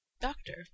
doctor